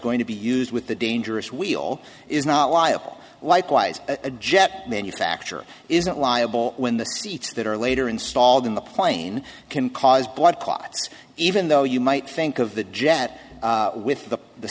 going to be used with the dangerous wheel is not liable likewise a jet manufacturer isn't liable when the seats that are later installed in the plane can cause blood clots even though you might think of the jet with the